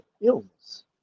illness